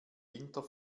winter